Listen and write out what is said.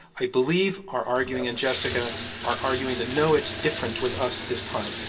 i believe, are arguing and jessica are arguing that, no, it's different with us this time.